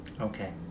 okay